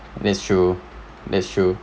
that's true that's true